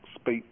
speak